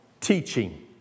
Teaching